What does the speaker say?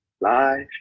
Life